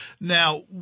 Now